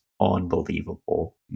unbelievable